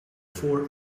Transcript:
four